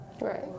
Right